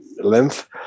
length